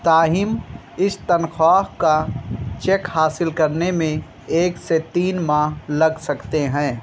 تاہم اس تنخواہ کا چیک حاصل کرنے میں ایک سے تین ماہ لگ سکتے ہیں